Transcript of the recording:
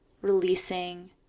releasing